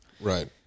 Right